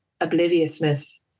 obliviousness